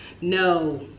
no